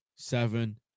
seven